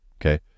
Okay